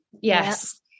yes